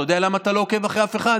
אתה יודע למה אתה לא עוקב אחרי אף אחד?